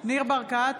ניר ברקת,